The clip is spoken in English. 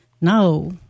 No